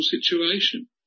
situation